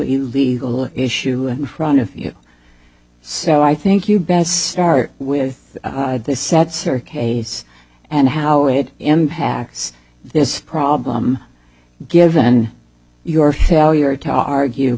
legal issue in front of you so i think you best start with this said sir case and how it impacts this problem given your failure to argue